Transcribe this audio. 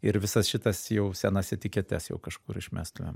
ir visas šitas jau senas etiketes jau kažkur išmestumėm